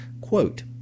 Quote